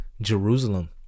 Jerusalem